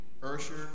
ursher